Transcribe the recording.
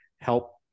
help